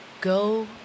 Go